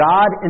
God